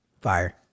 Fire